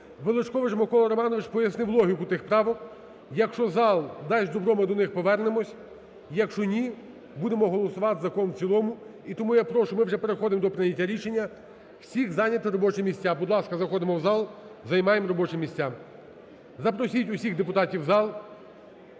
Величкович Микола Романович пояснив логіку тих правок: якщо зал дасть добро, ми до них повернемось, якщо ні, будемо голосувати закон в цілому. І тому я прошу, ми вже переходимо до прийняття рішення, всіх зайняти робочі місця. Будь ласка, заходимо в зал, займаємо робочі місця. Запросіть усіх депутатів в зал,